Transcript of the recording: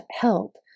help